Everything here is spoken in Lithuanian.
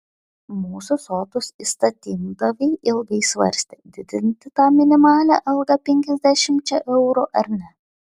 mūsų sotūs įstatymdaviai ilgai svarstė didinti tą minimalią algą penkiasdešimčia eurų ar ne